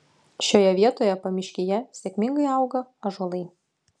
šioje vietoje pamiškyje sėkmingai auga ąžuolai